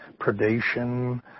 predation